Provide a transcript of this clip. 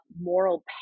moral